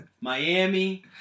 Miami